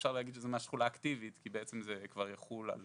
אפשר להגיד שזה ממש תחולה אקטיבית כי בעצם זה כבר יחול על